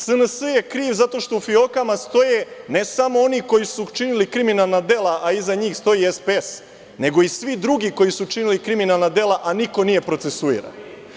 SNS je kriv zato što u fiokama stoje, ne samo oni koji su učinili kriminalna dela, a iza njih stoji SPS, nego i svi drugi koji su učinili kriminalna dela a niko nije procesuiran.